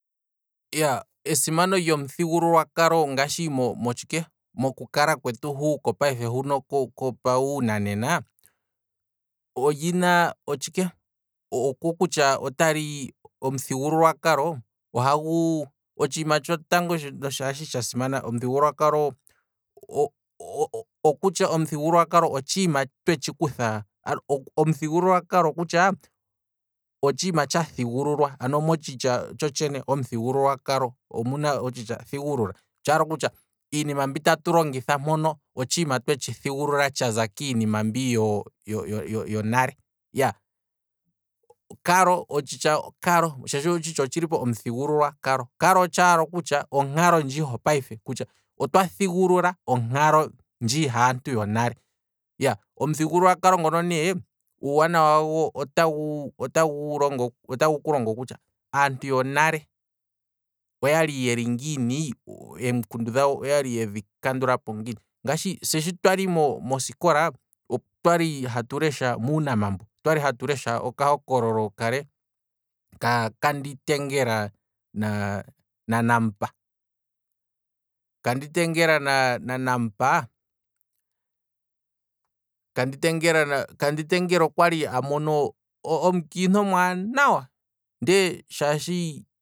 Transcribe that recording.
Iyaa, esimano lyomuthigululwakalo ngaashi mo- motshike moku kalamwenyo kwetu hu kopayife hu kopawu nanena, olyina otshike, oko kutya otali, omuthigululwakalo ohagu, otshiima tshotango shi tsha simana, omuthigululwa kalo okutya otshiima twe tshi kutha, omuthigululwakalo otshiima tsha thigululwa ano motshitsha tsho tshene omuthigululwakalo, omuna otshitsha thigulula, okutya iinima mbi tatu longitha mpano otshiima twetshi thigulula okuza kiinima yo- yo- yo nale, iya. otshitya kalo, shaashi otshilipo otshitya kalo, kalo otshaala kutya onkalo ndjii ho payife, kutya otwa thigulula onkalo ndji haantu yonale, omuthigululwakalo ngono ne, uuwanawa wago ne otagu otagu kulongo kutya aantu yo nale, oyali yeli ngiini, em'kundu dhawo oyedhi kandulapo ngiini, se shi twali mosikola okwali hatu lesha muunamambo, okwali hatu lesha okahokololo kale, ka kanditengela naa nanamupa, kanditengela na namupa, kandi tengelea okwali amono omukiintu omwaanwa, ndee shaashi